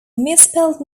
misspelled